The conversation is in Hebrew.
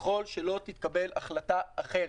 ככל שלא תתקבל החלטה אחרת,